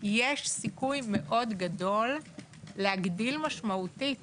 יש סיכוי מאוד גדול להגדיל משמעותית